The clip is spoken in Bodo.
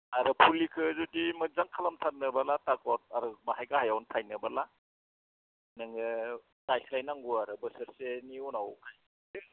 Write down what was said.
आरो फुलिखो जुदि मोजां खालामनो सान्दोबोला सापस आरो बाहाय गाहायावनो थायनोबोला नोङो गायस्लायनांगौआ बोसोरसेनि उनावहाय नों